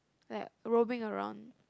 like roving around